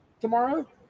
tomorrow